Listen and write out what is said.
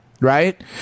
right